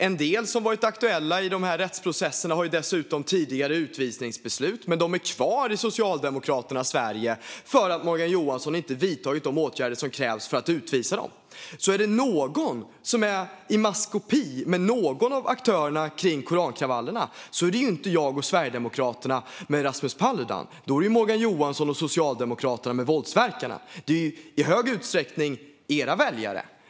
En del som varit aktuella i de här rättsprocesserna har dessutom tidigare utvisningsbeslut, men de är kvar i Socialdemokraternas Sverige för att Morgan Johansson inte vidtagit de åtgärder som krävs för att utvisa dem. Är det någon som är i maskopi med någon av aktörerna kring korankravallerna är det inte jag och Sverigedemokraterna som är det med Rasmus Paludan. Då är det Morgan Johansson och Socialdemokraterna som är det med våldsverkarna. Det är i hög utsträckning era väljare.